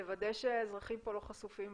לוודא שהאזרחים פה לא חשופים